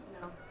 No